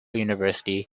university